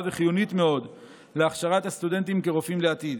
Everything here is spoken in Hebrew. וחיונית מאוד להכשרת הסטודנטים כרופאים לעתיד.